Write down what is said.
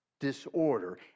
disorder